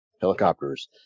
helicopters